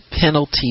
penalty